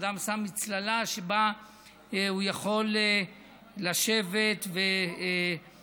אדם שם מצללה שבה הוא יכול לשבת ולהיות